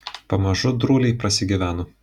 pamažu drūliai prasigyveno